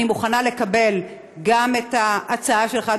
אני מוכנה לקבל גם את ההצעה שלך,